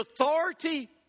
authority